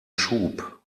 schub